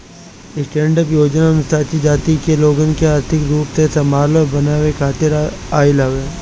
stand up योजना अनुसूचित जाति के लोगन के आर्थिक रूप से संबल बनावे खातिर आईल हवे